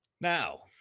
Now